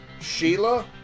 sheila